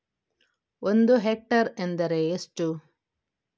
ಒಂದು ಹೆಕ್ಟೇರ್ ಎಂದರೆ ಎಷ್ಟು?